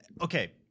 Okay